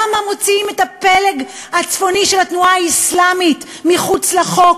למה מוציאים את הפלג הצפוני של התנועה האסלאמית מחוץ לחוק